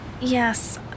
Yes